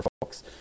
folks